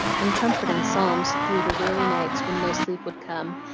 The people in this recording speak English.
and comforting psalms through the weary nights when no sleep would come,